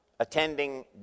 attending